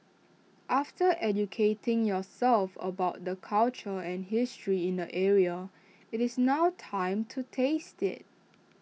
after educating yourself about the culture and history in the area IT is now time to taste IT